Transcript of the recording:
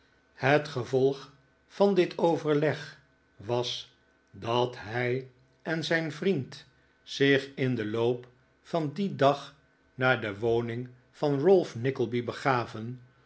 het gevolg van dit overleg was dat hij en zijn vriend zich in nik ola as nickleby den loop van dien dag naar de woning van ralph nickleby begaven